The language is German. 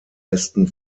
ästen